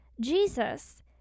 Jesus